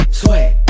sweat